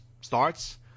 starts